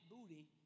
Booty